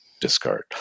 discard